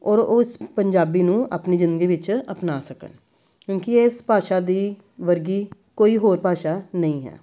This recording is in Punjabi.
ਔਰ ਉਸ ਪੰਜਾਬੀ ਨੂੰ ਆਪਣੀ ਜ਼ਿੰਦਗੀ ਵਿੱਚ ਅਪਣਾ ਸਕਣ ਕਿਉਂਕਿ ਇਸ ਭਾਸ਼ਾ ਦੀ ਵਰਗੀ ਕੋਈ ਹੋਰ ਭਾਸ਼ਾ ਨਹੀਂ ਹੈ